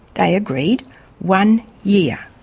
they agreed one year.